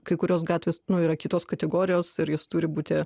kai kurios gatvės nu yra kitos kategorijos ir jos turi būti